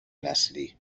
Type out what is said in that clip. نسلی